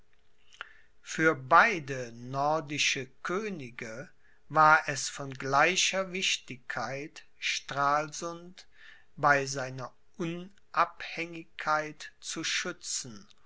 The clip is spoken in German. für beide nordische könige war es von gleicher wichtigkeit stralsund bei seiner unabhängigkeit zu schützen